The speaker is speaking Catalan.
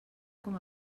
com